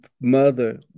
mother